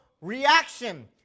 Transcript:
reaction